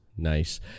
Nice